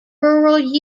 rural